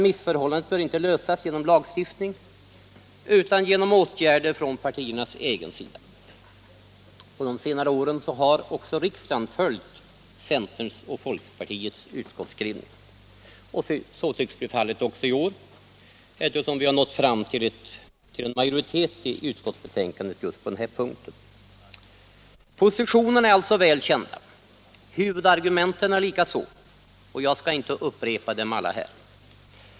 Missförhållandet bör dock inte lösas genom lagstiftning utan genom åtgärder från partiernas egen sida. På de senare åren har även riksdagen följt centerns och folkpartiets utskottsskrivning. Så tycks bli fallet också i år, eftersom vi nu nått fram till majoritet i utskottsbetänkandet just på den här punkten. Positionerna är alltså välkända, huvudargumenten likaså. Jag skall inte upprepa dem alla här.